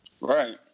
right